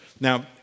Now